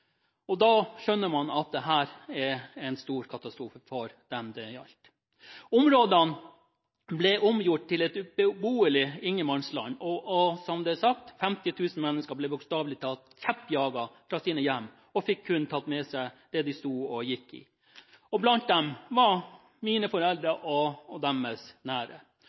Da skjønner man at dette var en stor katastrofe for dem det gjaldt. Områdene ble omgjort til et ubeboelig ingenmannsland, og, som det er sagt, 50 000 mennesker ble bokstavelig talt kjeppjaget fra sine hjem og fikk kun tatt med seg det de sto og gikk i. Blant dem var mine foreldre og deres nære.